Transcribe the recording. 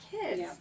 kids